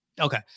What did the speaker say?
Okay